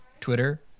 Twitter